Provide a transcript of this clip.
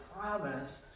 promise